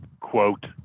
quote